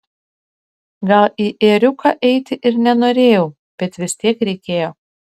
gal į ėriuką eiti ir nenorėjau bet vis tiek reikėjo